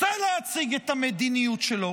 רוצה להציג את המדיניות שלו.